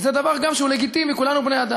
וזה גם דבר לגיטימי, כולנו בני-אדם.